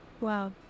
Wow